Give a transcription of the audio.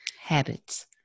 Habits